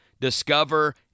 discover